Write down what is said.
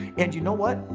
and you know what?